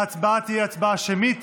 ההצבעה תהיה הצבעה שמית.